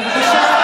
בבקשה,